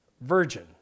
virgin